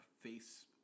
face